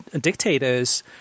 dictators